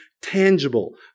tangible